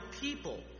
people